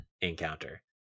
encounter